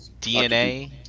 dna